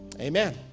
Amen